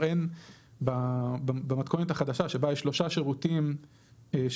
אין במתכונת החדשה שבה יש שלושה שירותים שמוגדרים,